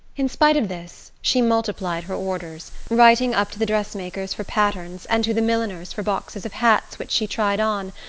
in spite of this, she multiplied her orders, writing up to the dress-makers for patterns, and to the milliners for boxes of hats which she tried on,